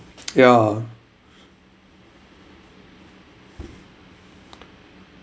ya